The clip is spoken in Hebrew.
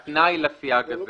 זה היה בזמנו התנאי לסייג הזה.